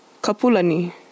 kapulani